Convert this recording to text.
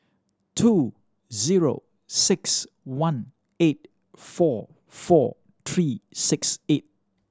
two zero six one eight four four three six eight